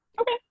Okay